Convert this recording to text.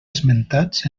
esmentats